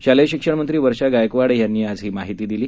शालेय शिक्षणमंत्री वर्षा गायकवाड यांनी आज ही माहिती दिली